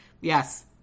yes